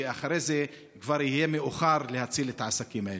כי אחרי זה כבר יהיה מאוחר להציל את העסקים האלה.